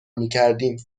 میکردیم